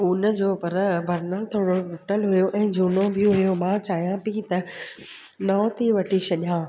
उन जो पर बर्नर थोरो टुटियलु हुओ ऐं झूनो बि हुओ मां चाहियां पई त नओ थी वठी छॾिया